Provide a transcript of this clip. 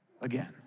again